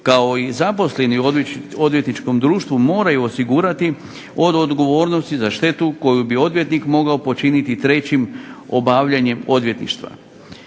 kao i zaposleni u odvjetničkom društvu moraju osigurati od odgovornosti za štetu koju bi odvjetnik mogao počiniti trećim obavljanjem odvjetništva.